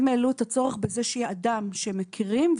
הם העלו את הצורך בזה שיהיה אדם שהם מכירים,